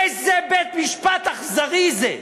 איזה בית-משפט אכזרי זה,